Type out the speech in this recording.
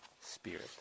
spirit